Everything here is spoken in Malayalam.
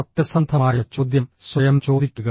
സത്യസന്ധമായ ചോദ്യം സ്വയം ചോദിക്കുക